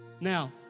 Now